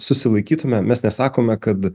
susilaikytume mes nesakome kad